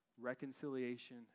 reconciliation